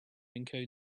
encode